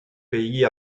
pays